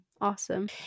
Awesome